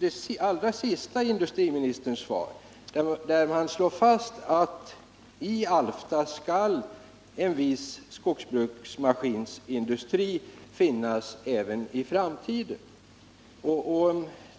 det allra sista i industriministerns svar, där han slår fast att i Alfta skall en viss skogsbruksmaskinindustri finnas även i framtiden.